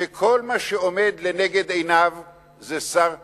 שכל מה שעומד לנגד עיניו זה שר הביטחון,